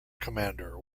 commander